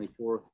24th